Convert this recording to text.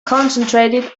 concentrated